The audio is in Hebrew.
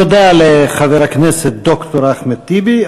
תודה לחבר הכנסת ד"ר אחמד טיבי.